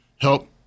help